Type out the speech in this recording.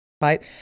right